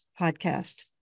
podcast